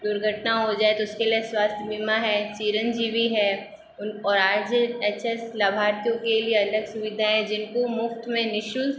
दुर्घटना हो जाए तो उसके लिए स्वास्थ्य बीमा है चिरंजीवी है उन और आज एच एस लाभार्थियों के लिए अलग सुविधा हैं जिनको मुफ्त में निःशुल्क